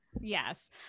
Yes